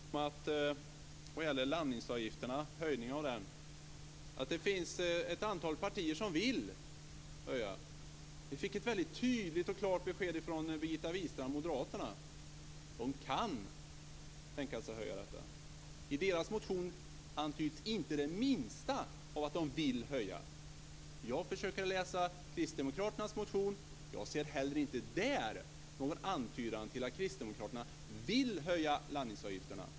Fru talman! Magnus Jacobsson talar om att det är ett antal partier som vill höja landningsavgifterna. Vi fick ett tydligt och klart besked av Birgitta Wistrand om att moderaterna kan tänka sig en höjning. I deras motion görs inte minsta antydning om att de vill höja landningsavgifterna. Jag försöker läsa kristdemokraternas motion, och jag ser heller inte där någon antydan om att Kristdemokraterna vill höja landningsavgifterna.